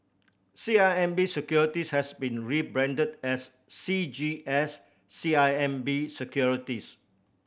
C I M B Securities has been rebranded as C G S C I M B Securities